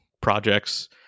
projects